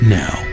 now